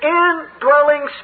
indwelling